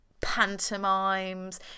pantomimes